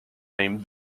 name